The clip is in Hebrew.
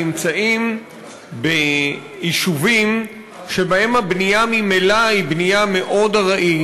נמצאים ביישובים שבהם הבנייה ממילא היא בנייה מאוד ארעית,